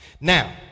Now